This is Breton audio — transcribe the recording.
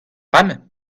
bremañ